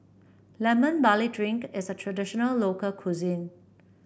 Lemon Barley Drink is a traditional local cuisine